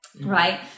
right